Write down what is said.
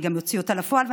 אני גם אוציא אותה לפועל.